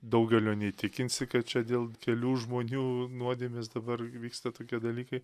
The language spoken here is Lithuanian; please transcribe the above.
daugelio neįtikinsi kad čia dėl kelių žmonių nuodėmės dabar vyksta tokie dalykai